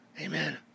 amen